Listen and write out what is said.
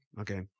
Okay